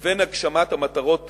לבין הגשמת מטרות